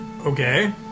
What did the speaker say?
okay